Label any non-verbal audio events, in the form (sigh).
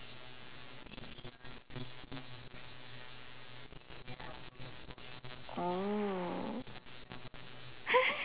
oh (laughs)